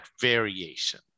variation